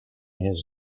his